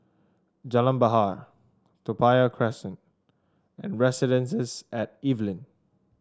Jalan Bahar Toa Payoh Crest and Residences at Evelyn